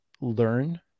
learn